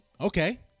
Okay